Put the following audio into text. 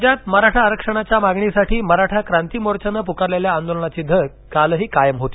राज्यात मराठा आरक्षणाच्या मागणीसाठी मराठा क्रांती मोर्चानं पुकारलेल्या आंदोलनाची धग कालही कायम होती